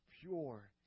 pure